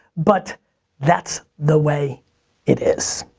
but that's the way it is.